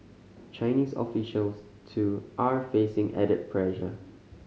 Chinese officials too are facing added pressure